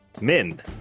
Min